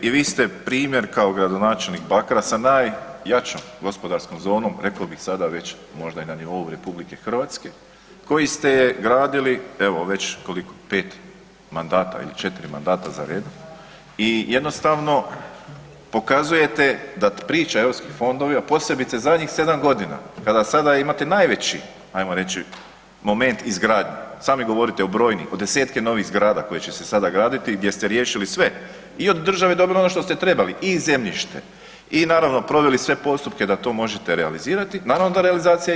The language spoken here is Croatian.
I vi ste primjer kao gradonačelnik Bakra sa najjačom gospodarskom zonom, rekao bih sada već možda i na nivou RH, koji ste gradili evo već koliko, 5 mandata ili 4 mandata za redom i jednostavno pokazujete da priča europski fondovi, a posebice zadnjih 7 godina kada sada imate najveći ajmo reći moment izgradnje, sami govorite o brojnim o desetke novih zgrada koje će se sada graditi gdje ste riješili sve i od države dobili ono što ste trebali i zemljište i naravno proveli sve postupke da to možete realizirati, naravno da realizacija ide.